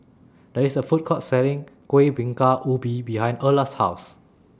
There IS A Food Court Selling Kuih Bingka Ubi behind Erla's House